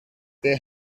they